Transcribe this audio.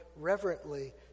reverently